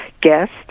guest